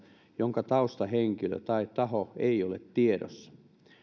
jonka taustahenkilö tai taho ei ole tiedossa